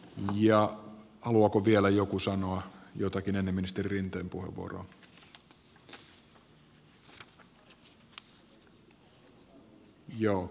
haluaako joku vielä sanoa jotakin ennen ministeri rinteen puheenvuoroa